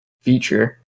feature